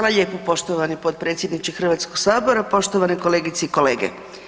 Hvala lijepo poštovani potpredsjedniče Hrvatskog sabora, poštovane kolegice i kolege.